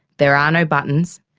there are no buttons,